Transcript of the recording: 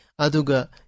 Aduga